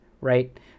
right